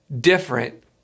different